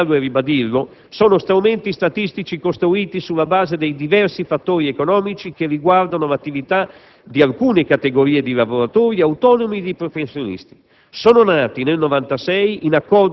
Gli studi di settore - voglio sottolinearlo e ribadirlo - sono strumenti statistici costruiti sulla base dei diversi fattori economici che riguardano l'attività di alcune categorie di lavoratori autonomi e di professionisti.